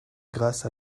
grâce